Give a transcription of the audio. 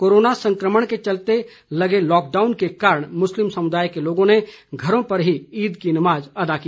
corona संक्रमण के चलते लगे लॉकडाउन के कारण मुस्लिम समुदाय के लोगों ने घरों में ही ईद की नमाज अदा की